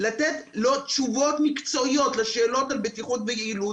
לתת לו תשובות מקצועיות לשאלות על בטיחות ויעילות,